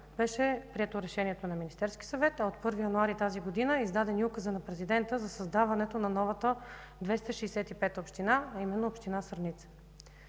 беше прието Решението на Министерския съвет, от 1 януари тази година е издаден и Указът на президента за създаването на новата 265-а община, а именно – община Сърница.